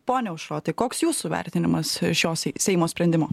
pone aušrotai koks jūsų vertinimas šios seimo sprendimo